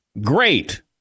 Great